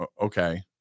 Okay